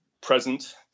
present